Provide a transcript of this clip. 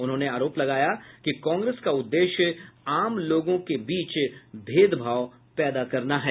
उन्होंने आरोप लगाया कि कांग्रेस का उद्देश्य आम लोगों में भेदभाव पैदा करना है